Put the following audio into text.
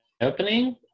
opening